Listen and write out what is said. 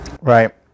Right